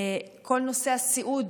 כל נושא הסיעוד,